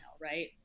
right